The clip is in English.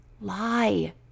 lie